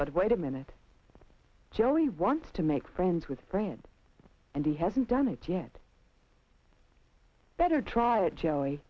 but wait a minute joey wants to make friends with bread and he hasn't done it yet better try it j